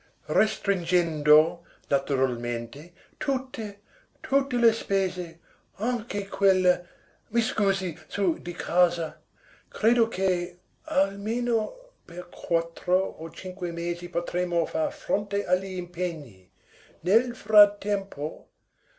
restringendo naturalmente tutte tutte le spese anche quelle mi scusi su di casa credo che almeno per quattro o cinque mesi potremo far fronte agli impegni nel frattempo